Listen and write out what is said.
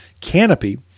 canopy